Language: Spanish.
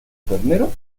ternero